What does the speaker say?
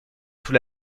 tout